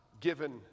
given